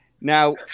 Now